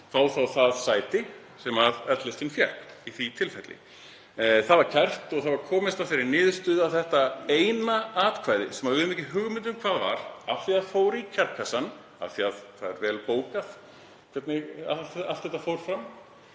að fá það sæti sem L-listinn fékk í því tilfelli. Það var kært og menn komust að þeirri niðurstöðu að þetta eina atkvæði — sem við höfum ekki hugmynd um hvað var á, af því það fór í kjörkassann, af því að það er vel bókað hvernig allt þetta fór fram